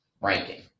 ranking